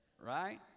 Right